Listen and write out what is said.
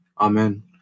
Amen